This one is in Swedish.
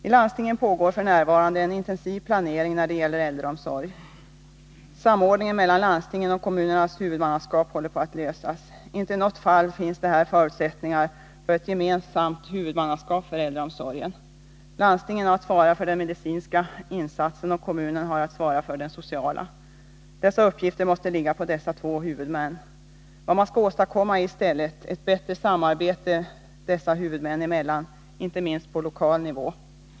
I landstingen pågår f. n. en intensiv planering när det gäller äldreomsorgen. Samordningen mellan landstingen och kommunernas huvudmannaskap håller på att lösas. Inte i något fall finns det här förutsättningar för ett gemensamt huvudmannaskap för äldreomsorgen. Landstingen har att svara för den medicinska insatsen, och kommunen har att svara för den sociala. Dessa uppgifter måste ligga på dessa två huvudmän. Vad man bör åstadkomma är i stället ett bättre samarbete dessa huvudmän emellan, inte minst på lokal nivå.